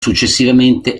successivamente